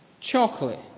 chocolate